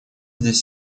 здесь